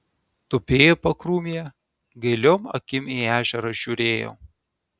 tupėjo pakrūmėje gailiom akim į ežerą žiūrėjo